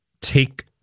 take